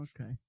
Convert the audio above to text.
Okay